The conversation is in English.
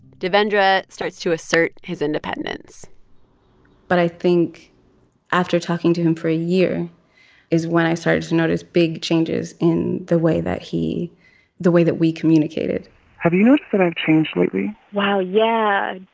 devendra starts to assert his independence but i think after talking to him for a year is when i started to notice big changes in the way that he the way that we communicated have you noticed that i've changed lately? wow, yeah,